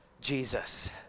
Jesus